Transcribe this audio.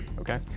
okay?